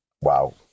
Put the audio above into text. wow